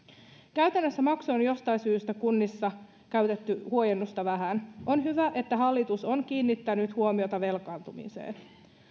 käytännössä maksuhuojennusta on jostain syystä kunnissa käytetty vähän on hyvä että hallitus on kiinnittänyt huomiota velkaantumiseen